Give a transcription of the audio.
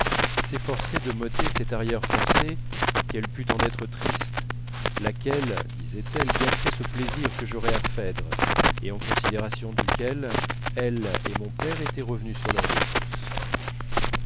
s'efforçait de m'ôter cette arrière-pensée qu'elle pût en être triste laquelle disait-elle gâterait ce plaisir que j'aurais à phèdre et en considération duquel elle et mon père étaient revenus sur leur défense